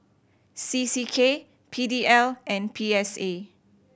C C K P D L and P S A